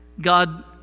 God